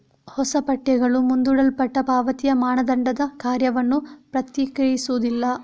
ಹೊಸ ಪಠ್ಯಗಳು ಮುಂದೂಡಲ್ಪಟ್ಟ ಪಾವತಿಯ ಮಾನದಂಡದ ಕಾರ್ಯವನ್ನು ಪ್ರತ್ಯೇಕಿಸುವುದಿಲ್ಲ